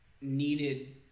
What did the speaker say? needed